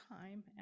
time